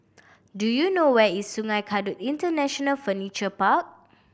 do you know where is Sungei Kadut International Furniture Park